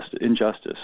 injustice